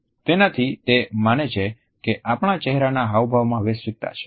તેનાથી તે માને છે કે આપણા ચહેરાના હાવભાવમાં વૈશ્વિકતા છે